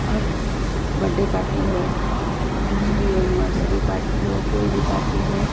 अब birthday party हो कुछ भी हो इनवर्सरी पाटी हो कोई भी पाटी हो